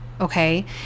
Okay